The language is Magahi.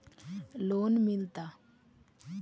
लोन मिलता?